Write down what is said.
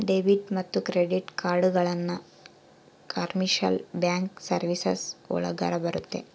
debit ಮತ್ತೆ credit ಕಾರ್ಡ್ಗಳನ್ನ commercial bank services ಒಳಗರ ಬರುತ್ತೆ